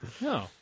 No